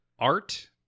Art